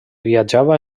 viatjava